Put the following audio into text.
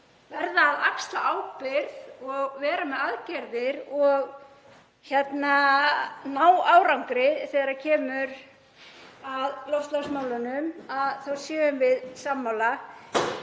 verðum að axla ábyrgð og vera með aðgerðir og ná árangri þegar kemur að loftslagsmálunum, þá séum við sammála.